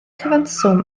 cyfanswm